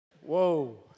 Whoa